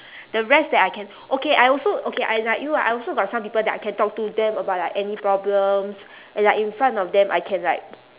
the rest that I can okay I also okay I like you ah I also got some people that I can talk to them about like any problems and like in front of them I can like